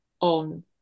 on